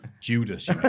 Judas